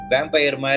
Vampire